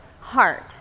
heart